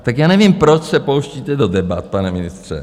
Tak já nevím, proč se pouštíte do debat, pane ministře.